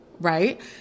right